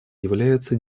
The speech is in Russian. является